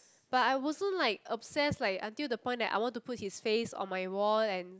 but I wasn't like obsess like until the point like that I want to put his face on my wall and